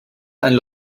einen